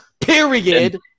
Period